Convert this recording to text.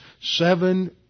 seven